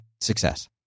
success